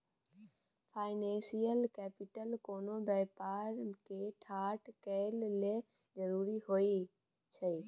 financial capital कोनो व्यापार के ठाढ़ करए लेल जरूरी होइ छइ